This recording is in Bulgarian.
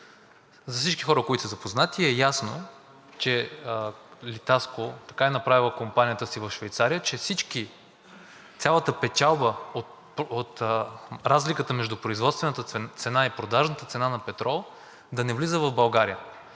За всички хора, които са запознати, е ясно, че „Литаско“ така е направил компанията си в Швейцария, че цялата печалба от разликата между производствената и продажната цена на петрол да не влиза в България.